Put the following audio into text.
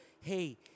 Hey